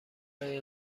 برای